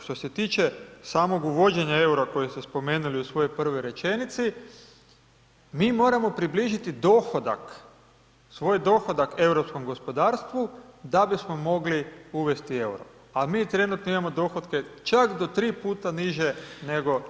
Što se tiče samog uvođenja EUR-a kojeg ste spomenuli u svojoj prvoj rečenici, mi moramo približiti dohodak, svoj dohodak europskom gospodarstvu da bismo mogli uvesti EUR-o, a mi trenutno imamo dohotke čak do 3 puta niže, nego